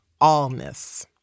allness